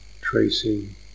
tracing